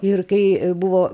ir kai buvo